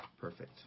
Perfect